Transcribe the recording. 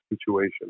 situation